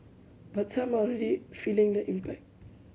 but some are already feeling the impact